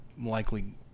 likely